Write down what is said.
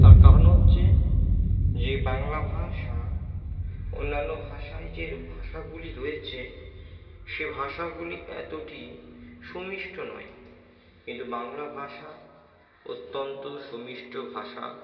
তার কারণ হচ্ছে যে বাংলা ভাষা অন্যান্য ভাষায় যে ভাষাগুলি রয়েছে সে ভাষাগুলি এতটি সুমিষ্ট নয় কিন্তু বাংলা ভাষা অত্যন্ত সুমিষ্ট ভাষা